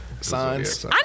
signs